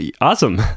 awesome